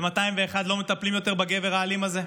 ב-201 לא מטפלים בגבר האלים הזה?